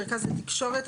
מרכז התקשרות,